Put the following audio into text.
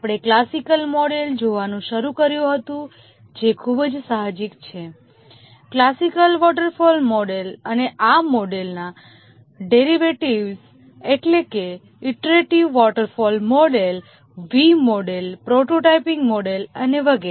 આપણે classical model જોવાનું શરૂ કર્યું હતું જે ખૂબ જ સાહજિક છે ક્લાસિકલ વોટરફોલ મોડેલ અને આ મોડેલના ડેરિવેટિવ્ઝ એટલે કે iterative waterfall model V model prototyping model અને વગેરે